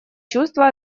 чувство